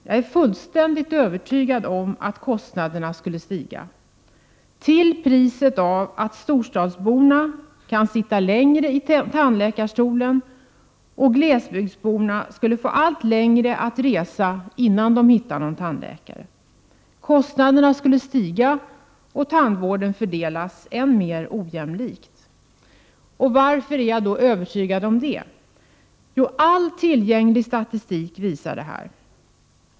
Jag är fullständigt övertygad om att kostnaderna skulle stiga, till priset av att storstadsborna kunde sitta längre i tandläkarstolen och glesbygdsborna skulle få allt längre att resa innan de hittade någon tandläkare. Kostnaderna skulle stiga, och tandvården skulle fördelas än mer ojämlikt. Varför är jag övertygad om det? Jo, all tillgänglig statistik visar detta.